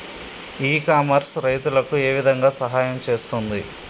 ఇ commerce రైతులకు ఏ విధంగా సహాయం చేస్తుంది?